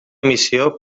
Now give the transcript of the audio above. missió